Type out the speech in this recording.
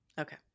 Okay